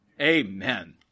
Amen